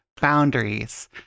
boundaries